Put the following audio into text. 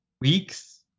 weeks